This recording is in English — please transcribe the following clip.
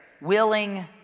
willing